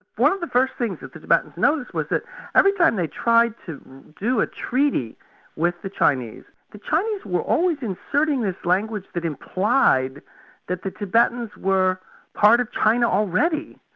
one of the first things that the tibetans noticed was that every time they tried to do a treaty with the chinese, the chinese were always inserting this language that implied that the tibetans were part of china already,